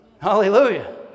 Hallelujah